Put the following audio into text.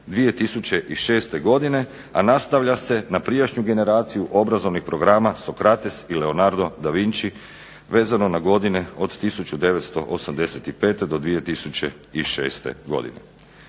2006. godine, a nastavlja se na prijašnju generaciju obrazovnih programa Socrates i Leonardo da Vinci vezano na godine od 1985. do 2006. godine.